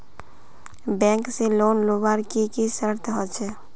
Bank से loan लुबार की की शर्त होचए?